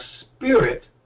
spirit